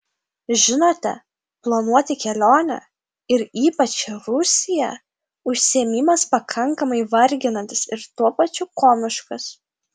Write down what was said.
žinote planuoti kelionę ir ypač į rusiją užsiėmimas pakankamai varginantis ir tuo pačiu komiškas